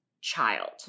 child